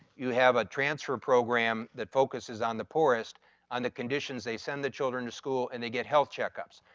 you have a transfer program that focuses on the poorest on the conditions they send the children to school and they get health checkups.